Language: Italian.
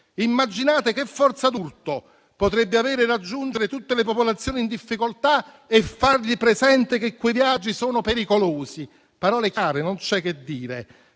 Immaginate che forza d'urto potrebbe avere raggiungere tutte le popolazioni in difficoltà e far loro presente che quei viaggi sono pericolosi. Parole chiare, non c'è che dire.